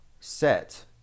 set